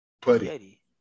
Putty